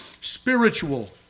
spiritual